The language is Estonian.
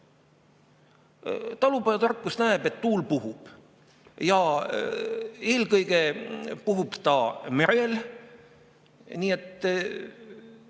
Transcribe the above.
Talupojatarkus näeb, et tuul puhub, eelkõige puhub ta merel. Nii et